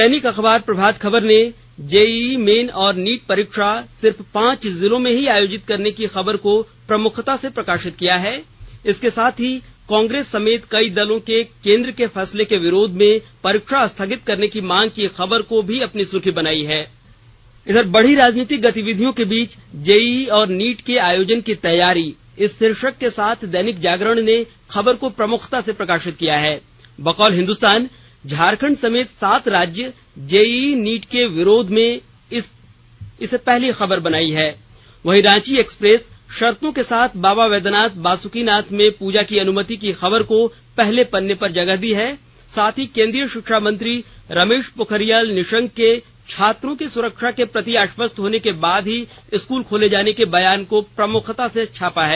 दैनिक अखबार प्रभात खबर ने JEE main और नीट परीक्षा सिर्फ पांच जिलों में ही आयोजित करने की खबर को प्रमुखता से प्रकाशित किया है इसके साथ ही कांग्रेस समेत कई दलों के केन्द्र के फैसले के विरोध में परीक्षा स्थगित करने की मांग की खबर को भी अपनी सुर्खी बनायी है बढ़ी राजनीतिक गतिविधियों के बीच जेईई और नीट के आयोजन की तैयारी इस शीर्षक के साथ दैनिक जागरण ने खबर को प्रमुखता से प्रकाशित किया है बकौल हिन्दुस्तान झारखंड समेत सात राज्य जेईई नीट के विरोध में इसे पहली खबर बनायी है वहीं रांची एक्सप्रेस शर्तों के साथ बाबा बैद्यनाथ बासुकीनाथ में पूजा की अनुमति की खबर को पहले पन्ने पर जगह दी है साथ ही केन्द्रीय शिक्षा मंत्री रमेश पोखरियाल निशंक के छात्रों की सुरक्षा के प्रति आश्वस्त होने के बाद ही स्कूल खोले जाने के बयान को प्रमुखता से प्रकाशित किया है